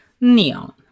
Neon